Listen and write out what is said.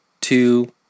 Two